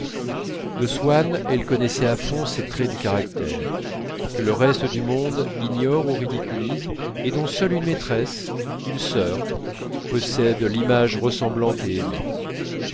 de swann elle connaissait à fond ces traits du caractère que le reste du monde ignore ou ridiculise et dont seule une maîtresse une sœur possèdent l'image ressemblante et aimée